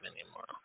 anymore